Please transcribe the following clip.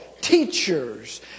teachers